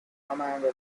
commander